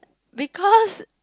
because